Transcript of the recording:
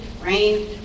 rain